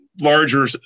larger